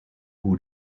hoe